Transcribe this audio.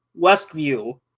Westview